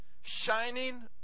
shining